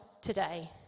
today